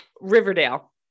Riverdale